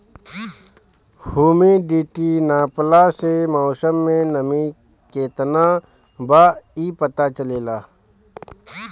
humidity नापला से मौसम में नमी केतना बा इ पता चलेला